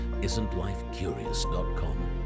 isn'tlifecurious.com